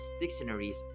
dictionaries